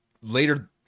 later